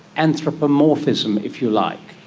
anthropomorphism if you like.